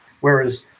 Whereas